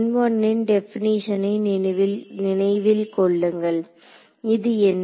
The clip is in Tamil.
ன் டெபினிஷனை நினைவில் கொள்ளுங்கள் இது என்னது